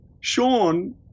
Sean